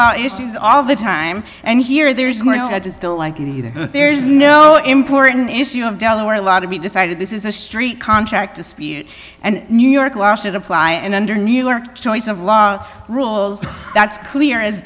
law issues all the time and here there's going to i just don't like it either there's no important issue of delaware law to be decided this is a street contract dispute and new york wash it apply and under new york choice of law rules that's clear as